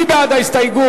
מי בעד ההסתייגות?